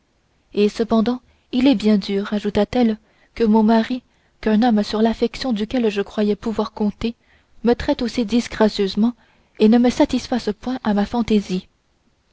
et cependant il est bien dur ajouta-t-elle que mon mari un homme sur l'affection duquel je croyais pouvoir compter me traite aussi disgracieusement et ne satisfasse point à ma fantaisie